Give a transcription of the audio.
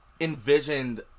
envisioned